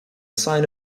sign